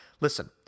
Listen